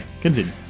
continue